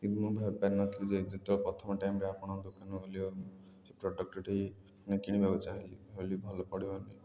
କିନ୍ତୁ ମୁଁ ଭାବି ପାରିନଥିଲି ଯେ ଯେତେବେଳେ ପ୍ରଥମ ଟାଇମ୍ରେ ଆପଣଙ୍କ ଦୋକାନ ବୋଲି ସେ ପ୍ରଡ଼କ୍ଟ୍ଟି କିଣିବାକୁ ଚାହିଁଲି ଭାବିଲି ଭଲ ପଡ଼ିବନି